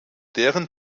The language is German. deren